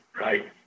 Right